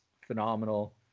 phenomenal